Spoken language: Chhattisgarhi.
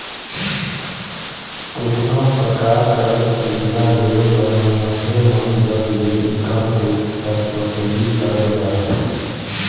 केतनो परकार कर सुबिधा देहे बर मइनसे मन जग ले इनकम टेक्स कर बसूली करल जाथे